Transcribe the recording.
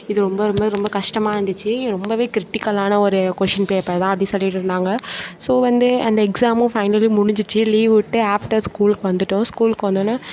இது ரொம்ப ரொம்ப ரொம்ப கஷ்டமாயிருந்துச்சி ரொம்பவே கிரிட்டிக்கலான ஒரு கொஷின் பேப்பர் தான் அப்படி சொல்லிகிட்டு இருந்தாங்க ஸோ வந்து அந்த எக்ஸாமும் ஃபைனலி முடிஞ்சிச்சு லீவு விட்டு ஆஃடர் ஸ்கூலுக்கு வந்துவிட்டோம் ஸ்கூலுக்கு வந்தோவுன்னே